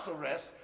arrest